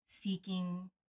seeking